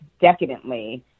decadently